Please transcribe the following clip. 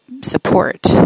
support